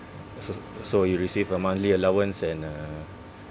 so so so you receive a monthly allowance and uh